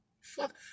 Fuck